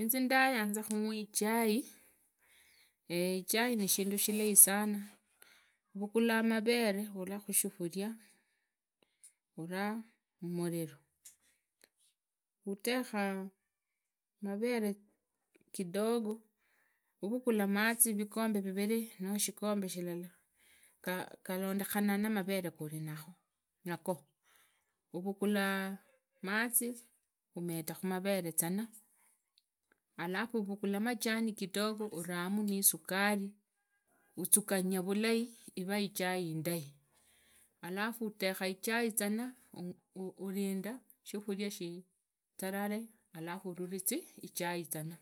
Inzi ndayanza khungwa ichai. ichai nishindu shilai sana. uvugula maveve urakhushifuria. ura mumuriro. utekha maveve kidogo uvugula mazi vikombe vivirii noo shikombe shilala galondekhana namuvere khuri nago. urugulu mazi umeda khumavere zana. alafu uvugula majani mtoko uramu nisukari, uzukhanya rulai ivee chai indai. alafu utekha ichaizana. urinda shinhuria shizarare khuhururizi ichai zana.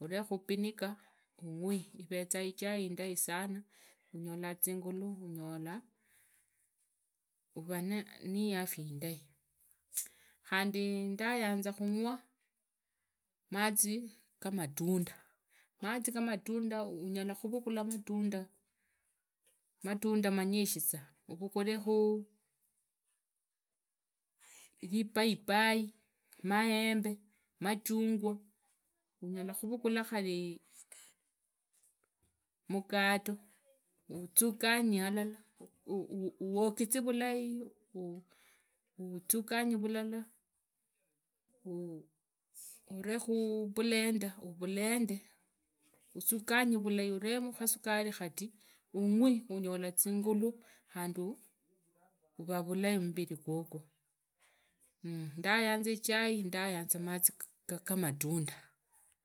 urekhe kubuniga ungwi iveza ichai indai sana. unyola zingulu. unyola uvee niafya indai. khadi ndayanza khungwa naazi gamatanda. mazi gamatundu unyala khuvugula matunda. manyishiza. uvugulekhu ripaipai maembe. machungwa. unyalakhuvugula khari mukato. uzukhanye halala. wogize vulai. uzuganye vulala. urekhu vulenda uvulende uzukhanye vulai uremu kasukari khadi ungwi unyola zingulu uvavulai mbirigavugwo. mmh dayanyanza ichai ndayanza mazi gamatundu